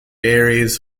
areas